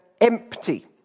empty